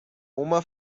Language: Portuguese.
uma